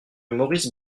maurice